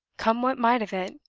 come what might of it,